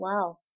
wow